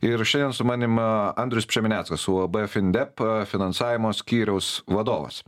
ir šiandien su manim andrius pšemeneckas uab findep finansavimo skyriaus vadovas